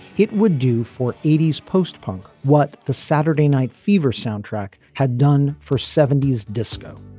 it would do for eighty s post punk what the saturday night fever soundtrack had done for seventy s disco